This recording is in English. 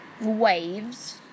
Waves